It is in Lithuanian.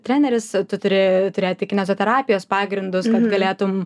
treneris tu turi turėti kineziterapijos pagrindus kad galėtum